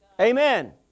Amen